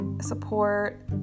support